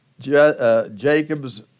Jacob's